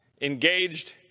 engaged